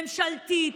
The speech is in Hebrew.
ממשלתית,